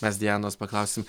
mes dianos paklausim